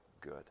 good